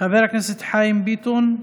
חבר הכנסת חיים ביטון.